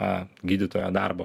a gydytojo darbo